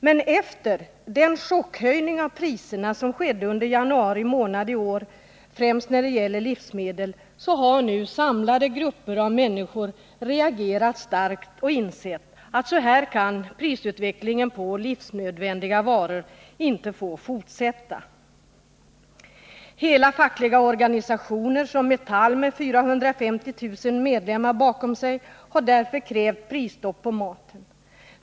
Men efter den chockhöjning av priserna som skedde under januari månad i år, främst när det gäller livsmedel, så har nu samlade grupper av människor reagerat starkt och insett att så här kan prisutvecklingen när det gäller livsnödvändiga varor inte få fortsätta. Hela fackliga organisationer, såsom Metall med 450000 medlemmar bakom sig, har därför krävt prisstopp på maten.